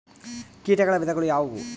ಕೇಟಗಳ ವಿಧಗಳು ಯಾವುವು?